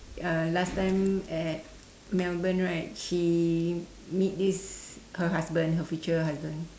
uh last time at melbourne right she meet this her husband her future husband